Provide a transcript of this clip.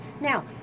Now